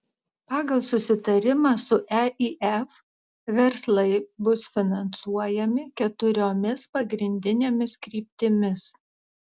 pagal susitarimą su eif verslai bus finansuojami keturiomis pagrindinėmis kryptimis